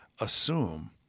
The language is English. assume